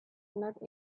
not